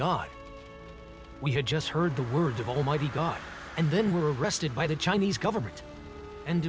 god we had just heard the words of almighty god and then were arrested by the chinese government and